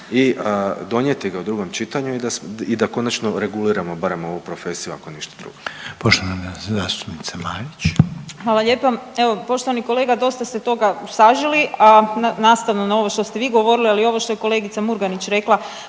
i donijeti ga u drugom čitanju i da končano reguliramo barem ovu profesiju, ako ništa drugo. **Reiner, Željko (HDZ)** Poštovana zastupnica Marić. **Marić, Andreja (SDP)** Hvala lijepa. Evo, poštovani kolega, dosta ste toga saželi, a nastavno na ovo što ste vi govorili, ali i ovo što je kolegica Murganić rekla,